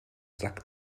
sack